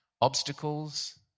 obstacles